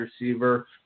receiver